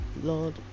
Lord